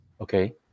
Okay